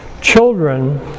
Children